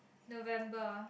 November